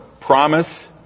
promise